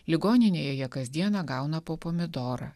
ligoninėje kasdieną gauna po pomidorą